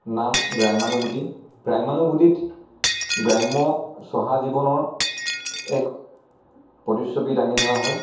নাম গ্ৰাম্যানুভূতি গ্ৰাম্যানুভূতিত গ্ৰাম্য চহা জীৱনৰ এক প্ৰতিচ্ছবি দাঙি ধৰা হয়